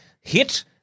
hit